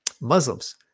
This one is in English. Muslims